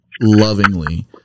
lovingly